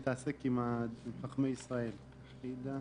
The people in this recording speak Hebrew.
רצון שהכנסת תעשה דבר אחד והממשלה תעשה דבר שני.